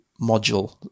module